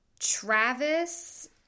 Travis